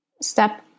Step